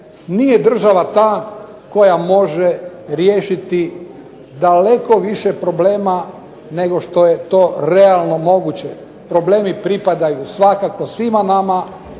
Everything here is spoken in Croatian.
Nije država ta koja može riješiti daleko više problema nego što je to realno moguće. Problemi pripadaju svakako svima nama